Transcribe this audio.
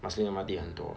marsiling M_R_T 很多